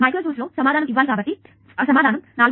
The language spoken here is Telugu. మైక్రో జూల్స్లో సమాధానం ఇవ్వాలి కాబట్టి సమాధానం 4